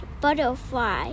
butterfly